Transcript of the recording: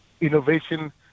innovation